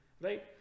Right